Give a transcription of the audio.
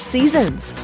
Seasons